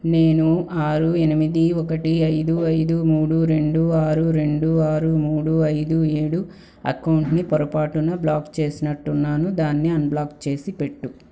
నేను అరు ఎనిమిది ఒకటి ఐదు ఐదు మూడు రెండు ఆరు రెండు ఆరు మూడు ఐదు ఏడు అకౌంటుని పొరపాటున బ్లాక్ చేసినట్టున్నాను దాన్ని అన్బ్లాక్ చేసిపెట్టు